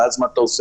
ואז מה יעשו?